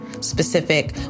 specific